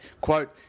quote